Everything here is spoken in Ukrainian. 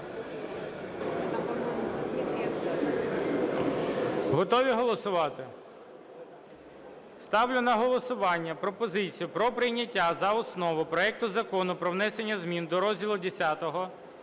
Готові голосувати? Ставлю на голосування пропозицію про прийняття за основу проекту Закону про внесення змін до Розділу Х